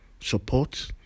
support